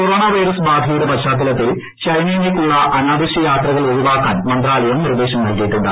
corona virus ബാധയുടെ പശ്ചാത്തലത്തിൽ ചൈനയിലേക്കുള്ള അനാവശൃ യാത്രകൾ ഒഴിവാക്കാൻ മന്ത്രാലയം നിർദ്ദേശം നൽകിയിട്ടുണ്ട്